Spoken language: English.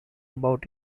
about